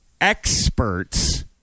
experts